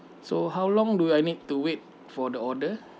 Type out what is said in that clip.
so how long do I need to wait for the order